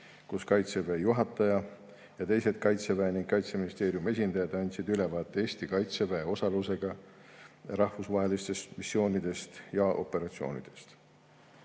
kus Kaitseväe juhataja ning teised Kaitseväe ja Kaitseministeeriumi esindajad andsid ülevaate Eesti Kaitseväe osalusega rahvusvahelistest missioonidest ja operatsioonidest.